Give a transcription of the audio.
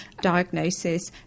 diagnosis